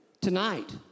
tonight